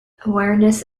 awareness